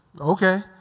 Okay